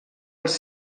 els